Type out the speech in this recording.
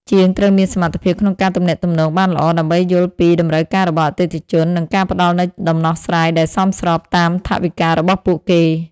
ជាងត្រូវមានសមត្ថភាពក្នុងការទំនាក់ទំនងបានល្អ ដើម្បីយល់ពីតម្រូវការរបស់អតិថិជន និងការផ្តល់នូវដំណោះស្រាយដែលសមស្របតាមថវិការបស់ពួកគេ។